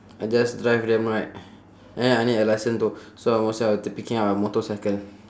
I just drive them right then I need a licence too so most I will t~ picking up a motorcycle